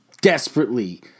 desperately